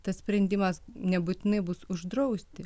tas sprendimas nebūtinai bus uždrausti